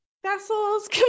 vessels